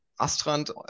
Astrand